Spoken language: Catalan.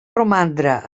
romandre